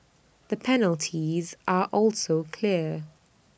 the penalties are also clear